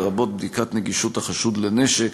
לרבות בדיקת נגישות החשוד לנשק.